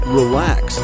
relax